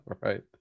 Right